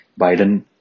Biden